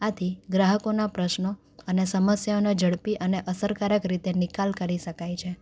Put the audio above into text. આથી ગ્રાહકોના પ્રશ્નો અને સમસ્યાઓનો ઝડપી અને અસરકારક રીતે નિકાલ કરી શકાય છે